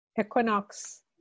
Equinox